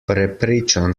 prepričan